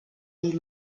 ell